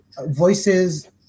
voices